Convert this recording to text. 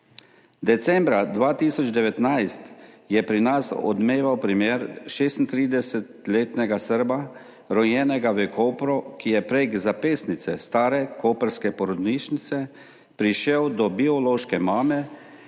Decembra 2019 je pri nas odmeval primer 36-letnega Srba, rojenega v Kopru, ki je prek zapestnice stare koprske porodnišnice prišel do biološke mame,